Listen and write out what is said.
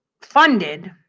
funded